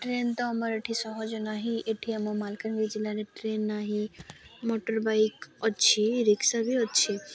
train ତ ଆମର ଏଠି ସହଜ ନାହିଁ ଏଠି ଆମ ମାଲକାନଗିରି ଜିଲ୍ଲାରେ ଟ୍ରେନ ନାହିଁ ମୋଟର୍ ବାଇକ୍ ଅଛି ରିକ୍ସା ବି ଅଛି